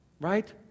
right